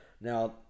Now